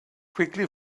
quickly